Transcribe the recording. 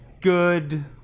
good